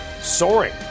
soaring